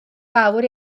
fawr